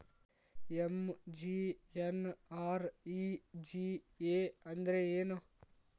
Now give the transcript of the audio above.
MGNREGA ಅಂದ್ರೆ ಏನು?